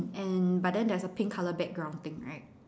and but then there's a pink colour background thing right